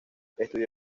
estudió